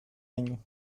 año